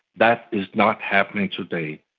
that is not happening today.